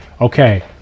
Okay